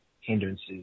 hindrances